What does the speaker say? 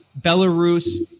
Belarus